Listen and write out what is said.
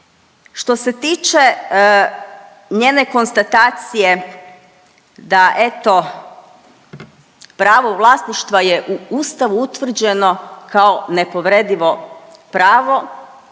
Što se tiče njene konstatacije da eto pravo vlasništva je u ustavu utvrđeno kao nepovredivo pravo